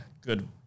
good